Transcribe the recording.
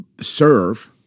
serve-